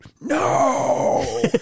no